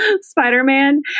Spider-Man